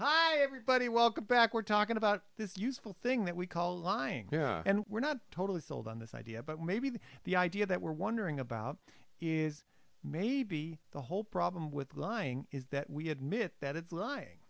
hi everybody welcome back we're talking about this useful thing that we call lying yeah and we're not totally sold on this idea but maybe the idea that we're wondering about is maybe the whole problem with lying is that we had myth that it's lying